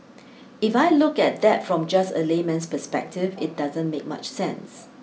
if I look at that from just a layman's perspective it doesn't make much sense